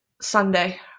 Sunday